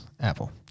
Apple